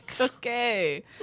okay